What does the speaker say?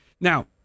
Now